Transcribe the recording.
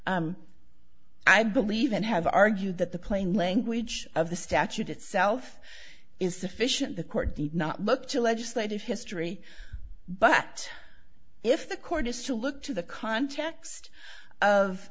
e i believe and have argued that the plain language of the statute itself is sufficient the court the not look to legislative history but if the court is to look to the context